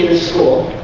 school